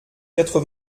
quatre